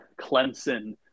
Clemson